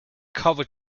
cover